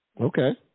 Okay